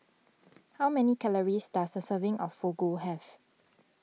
how many calories does a serving of Fugu have